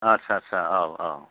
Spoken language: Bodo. आच्चा आच्चा औ औ